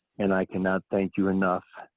and i cannot thank you enough,